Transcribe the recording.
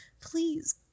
please